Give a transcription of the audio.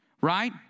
Right